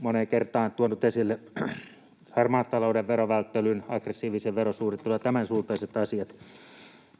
moneen kertaan tuonut esille harmaan talouden verovälttelyn, aggressiivisen verosuunnittelun ja tämänsuuntaiset asiat.